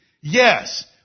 Yes